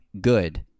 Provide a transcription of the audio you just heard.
good